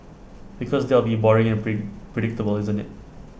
because that'll be boring and prig predictable isn't IT